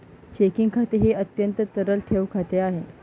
checking खाते हे अत्यंत तरल ठेव खाते आहे